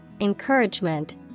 encouragement